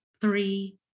Three